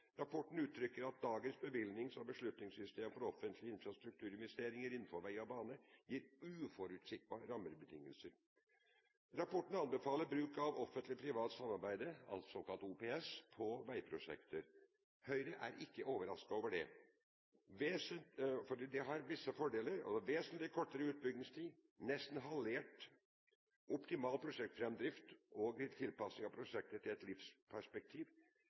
Rapporten uttrykker at dagens bevilgnings- og beslutningssystem for offentlige infrastrukturinvesteringer innenfor vei og bane gir uforutsigbare rammebetingelser. Rapporten anbefaler bruk av Offentlig Privat Samarbeid, såkalt OPS, på veiprosjekter. Høyre er ikke overrasket over det, for OPS har visse fordeler: vesentlig kortere utbyggingstid – nesten halvert, optimal prosjektframdrift og tilpasning av prosjektet til et livsperspektiv,